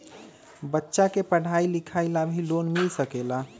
बच्चा के पढ़ाई लिखाई ला भी लोन मिल सकेला?